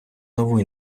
нову